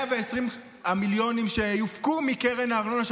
120 המיליונים שיופקו מקרן הארנונה,